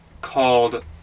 called